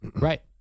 right